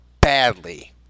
badly